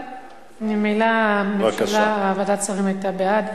טוב, ממילא ועדת השרים היתה בעד.